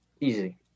Easy